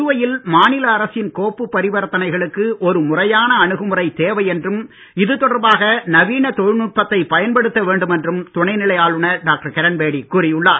புதுவையில் மாநிலஅரசின் கோப்புப் பரிவர்த்தனைகளுக்கு ஒரு முறையான அணுகுமுறை தேவை என்றும் இது தொடர்பாக நவீன தொழில் நுட்பத்தைப் பயன்டுத்த வேண்டும் என்றும் துணைநிலை ஆளுநர் டாக்டர் கிரண்பேடி கூறியுள்ளார்